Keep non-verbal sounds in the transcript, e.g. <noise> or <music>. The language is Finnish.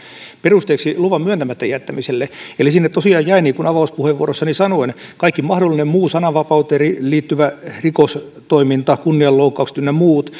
perusteeksi luvan myöntämättä jättämiselle eli sinne tosiaan jäi niin kuin avauspuheenvuorossani sanoin kaikki mahdollinen muu sananvapauteen liittyvä rikostoiminta kunnianloukkaukset ynnä muut <unintelligible>